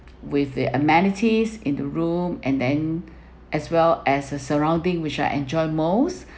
with the amenities in the room and then as well as the surrounding which I enjoy most